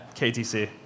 KTC